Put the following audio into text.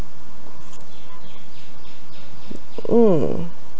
mm